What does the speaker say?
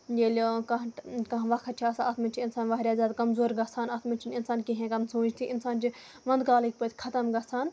ییٚلہِ کانہہ کانٛہہ وقت چھ آسان اَتھ منٛز چھِ اِنسان واریاہ زیادٕ کَمزور گژھان اَتھ منٛز چھنہٕ اِنسان کیٚنہہ ہٮ۪کان سوٗنچتھٕے اِنسان چھُ وَندٕ کالٕکۍ پٲٹھۍ خَتم گژھان